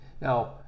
Now